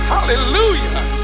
Hallelujah